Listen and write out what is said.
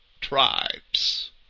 tribes